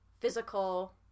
physical